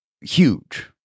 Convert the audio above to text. huge